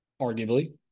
arguably